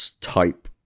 type